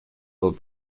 while